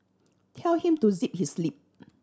tell him to zip his lip